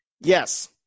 Yes